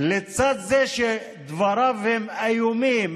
לצד זה שדבריו הם איומים,